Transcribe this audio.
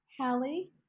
Hallie